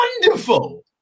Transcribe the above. wonderful